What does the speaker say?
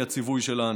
היא הציווי שלנו.